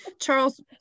Charles